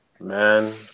Man